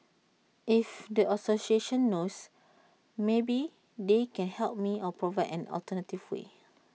if the association knows maybe they can help me or provide an alternative way